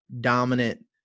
dominant –